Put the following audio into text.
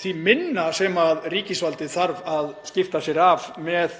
því minna sem ríkisvaldið þarf að skipta sér af með